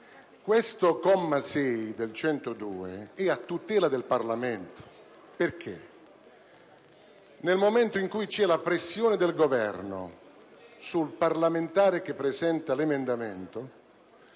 del Regolamento va a tutela del Parlamento perché, nel momento in cui c'è pressione del Governo sul parlamentare che presenta l'emendamento,